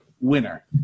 Winner